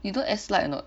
you know Eslite a not